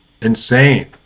Insane